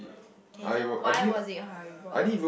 K so why was it horrible